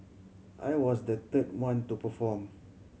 I was the third one to perform